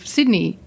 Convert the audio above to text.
Sydney